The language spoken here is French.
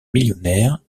millionnaire